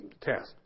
test